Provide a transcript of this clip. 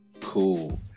cool